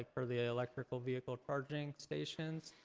for the ah electrical vehicle charging stations,